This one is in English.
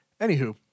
Anywho